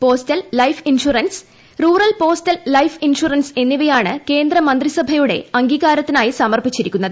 postal life insurance rural postal life insurance എ്ന്നിവയാണ് മന്ത്രിസഭയുടെ അംഗീകാരത്തിനായി സമ്ർപ്പിച്ചിരിക്കുന്നത്